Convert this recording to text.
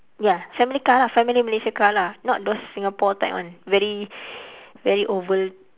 ya family car lah family malaysia car lah not those singapore type one very very oval